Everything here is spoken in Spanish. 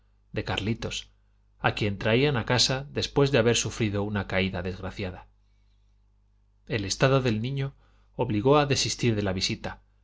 de carlitos a quien traían a casa después de haber sufrido una caída desgraciada el estado del niño obligó a desistir de la visita